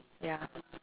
ya